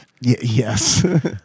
Yes